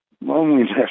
Loneliness